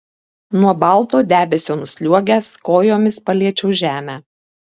nuo balto debesio nusliuogęs kojomis paliečiau žemę